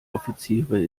offiziere